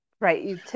Right